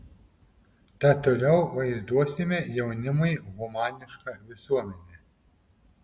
tad toliau vaizduosime jaunimui humanišką visuomenę